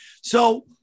So-